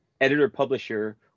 editor-publisher